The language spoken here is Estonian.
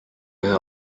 ühe